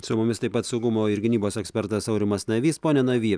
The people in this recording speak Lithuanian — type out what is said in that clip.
su mumis taip pat saugumo ir gynybos ekspertas aurimas navys pone navy